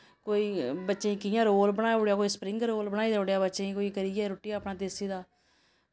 कोई बच्चें गी कि'यां रोल बनाई ओड़ेआ कोई सप्रिंग रोल बनाई देउड़ेआ बच्चें गी कोई करियै रुट्टी अपनी देसी दा